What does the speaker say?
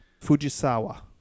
Fujisawa